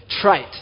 trite